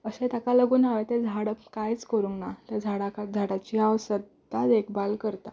अशें ताका लागून हांवें तें झाड कांयच करूंक ना त्या झाडाक झाडाची हांव सदां देखबाल करतां